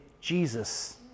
Jesus